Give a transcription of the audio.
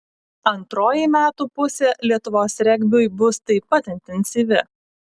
antroji metų pusė lietuvos regbiui bus taip pat intensyvi